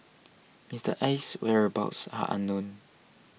Mister Aye's whereabouts are unknown